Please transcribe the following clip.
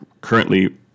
currently